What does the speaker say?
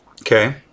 Okay